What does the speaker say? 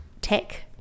tech